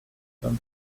vingt